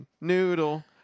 Noodle